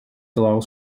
allows